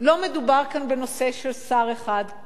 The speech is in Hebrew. לא מדובר כאן בנושא של שר אחד,